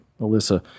Alyssa